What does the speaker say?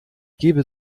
gebe